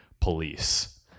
police